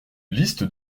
liste